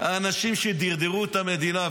האנשים שדרדרו את המדינה.